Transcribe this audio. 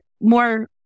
more